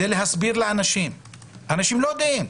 להסביר לאנשים כי האנשים לא יודעים.